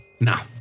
now